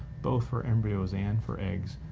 both for embryos and for eggs,